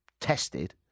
tested